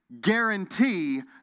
guarantee